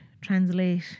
translate